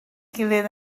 gilydd